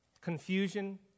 confusion